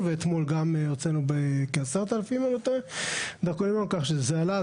כך שזה עלה.